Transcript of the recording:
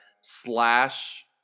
Slash